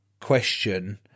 question